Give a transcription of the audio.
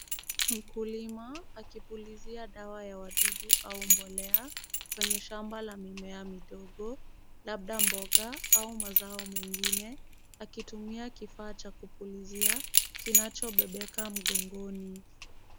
Mkulima akipulizia dawa ya wadudu au mbolea, kwenye shamba la mimea midogo, labda mboga au mazao mengine, akitumia kifaa cha kupulizia kinachobebeka mgongoni.